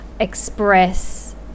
express